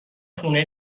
خونه